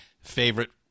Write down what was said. favorite